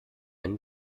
einen